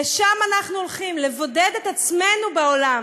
לשם אנחנו הולכים, לבודד את עצמנו בעולם.